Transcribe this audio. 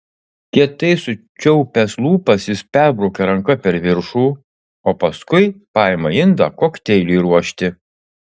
kietai sučiaupęs lūpas jis perbraukia ranka per viršų o paskui paima indą kokteiliui ruošti